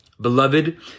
Beloved